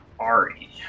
Ari